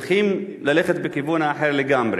צריכים ללכת בכיוון אחר לגמרי.